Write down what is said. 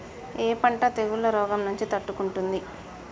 ఏ పంట తెగుళ్ల రోగం నుంచి తట్టుకుంటుంది?